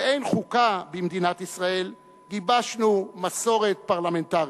באין חוקה במדינת ישראל גיבשנו מסורת פרלמנטרית.